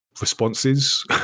responses